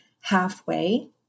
halfway